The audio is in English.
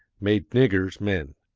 made niggers men.